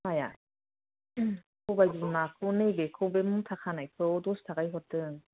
माया सबाइबिमाखौ नै बेखौ मुथा खानायखौ दस थाखानि हरदों